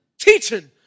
teaching